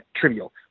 trivial